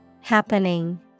Happening